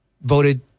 voted